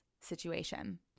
situation